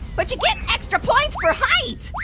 but you get extra points for height!